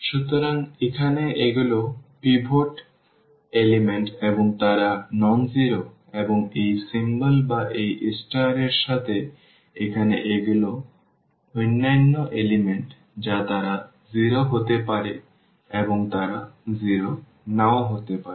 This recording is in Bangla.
সুতরাং এখানে এগুলি পিভট উপাদান এবং তারা অ শূন্য এবং এই প্রতীক বা এই ষ্টার এর সাথে এখানে এগুলো অন্যান্য উপাদান যা তারা 0 হতে পারে এবং তারা 0 নাও হতে পারে